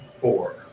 four